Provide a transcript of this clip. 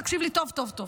תקשיב לי טוב טוב טוב,